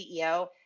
CEO